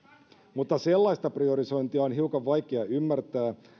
mutta sellaista priorisointia on hiukan vaikea ymmärtää